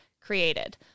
created